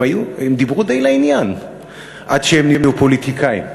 הם דיברו די לעניין עד שהם נהיו פוליטיקאים.